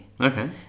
Okay